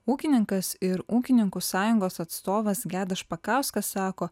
ūkininkas ir ūkininkų sąjungos atstovas gedas špakauskas sako